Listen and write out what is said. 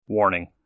Warning